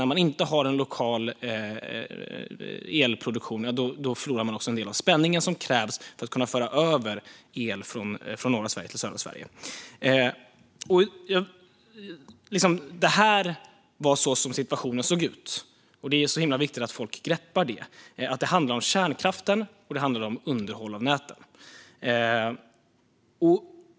När man inte har en lokal elproduktion förlorar man en del av den spänning som krävs för att el ska kunna föras över från norra Sverige till södra Sverige. Det var så situationen såg ut. Det är himla viktigt att folk greppar det: att det handlar om kärnkraften och om underhåll av näten.